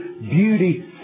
beauty